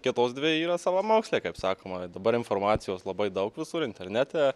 kitos dvi yra savamokslė kaip sakoma dabar informacijos labai daug visur internete